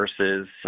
versus